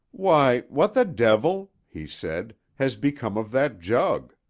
why what the devil, he said, has become of that jug?